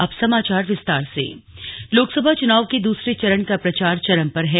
slug Lok Sabha चुनाव लोकसभा चुनाव के दूसरे चरण का प्रचार चरम पर है